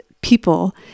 people